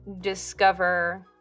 discover